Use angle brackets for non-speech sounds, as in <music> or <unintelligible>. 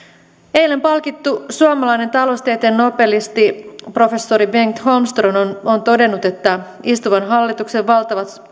eilen palkittu suomalainen taloustieteen nobelisti professori bengt holmström on on todennut että istuvan hallituksen valtavat <unintelligible>